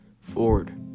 Ford